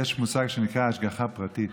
יש מושג שנקרא השגחה פרטית.